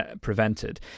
prevented